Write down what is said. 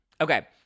Okay